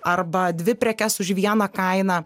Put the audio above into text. arba dvi prekes už vieną kainą